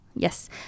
Yes